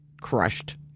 crushed